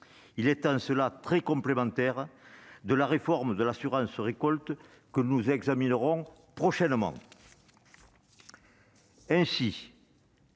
il est très complémentaire de la réforme de l'assurance récolte que nous examinerons prochainement.